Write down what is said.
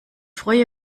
freue